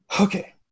Okay